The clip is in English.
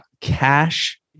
Cash